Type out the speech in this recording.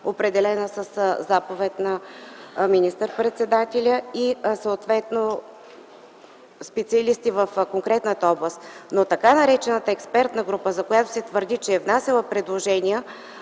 определени със заповед на министър-председателя и съответно са специалисти в конкретната област. За така наречената експертна група се твърди, че е внасяла предложения,